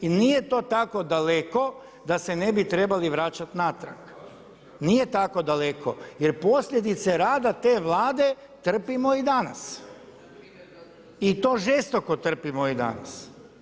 I nije to tako daleko da se ne bi trebali vraćati natrag, nije tako daleko jer posljedice rada te vlade trpimo i danas i to žestoko trpimo i danas.